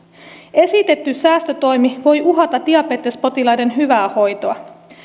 esitetty säästötoimi voi uhata diabetespotilaiden hyvää hoitoa